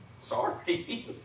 Sorry